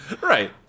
Right